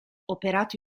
operato